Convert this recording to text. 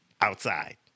outside